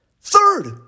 Third